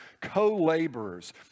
co-laborers